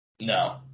No